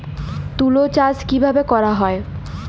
তুলো চাষ কিভাবে করা হয়?